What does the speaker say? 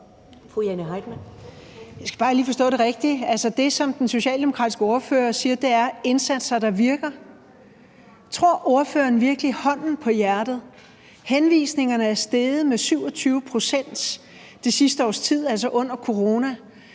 Jane Heitmann (V): Jeg skal bare lige forstå det rigtigt. Altså, det, som den socialdemokratiske ordfører siger, er, at man har iværksat indsatser, der virker. Tror ordføreren virkelig, hånden på hjertet – når antallet af henvisninger er steget med 27 pct. det sidste års tid, altså under corona